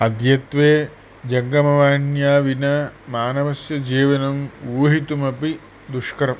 अद्यत्वे जङ्गमवाण्या विना मानवस्य जीवनं ऊहितुम् अपि दुष्करम्